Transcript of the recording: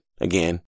Again